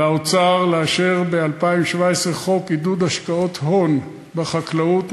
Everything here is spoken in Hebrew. לאוצר לאשר ב-2017 חוק עידוד השקעות הון בחקלאות,